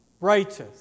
Righteous